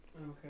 Okay